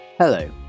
Hello